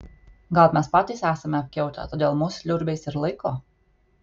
gal mes patys esame apkiautę todėl mus liurbiais ir laiko